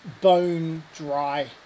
bone-dry